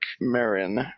Marin